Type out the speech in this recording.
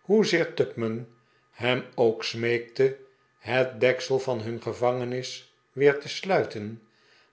hoezeer tupman hem ook smeekte het deksel van hun gevangenis weer te sluiten